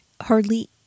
hardly